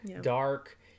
dark